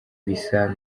bisa